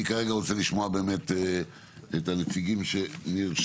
אני כרגע רוצה לשמוע את הנציגים שנרשמו.